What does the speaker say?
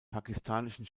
pakistanischen